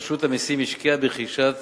רשות המסים השקיעה ברכישת